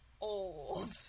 old